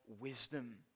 wisdom